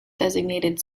designated